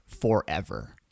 forever